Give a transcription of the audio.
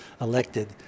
elected